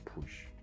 push